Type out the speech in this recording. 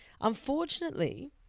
Unfortunately